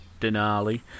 Denali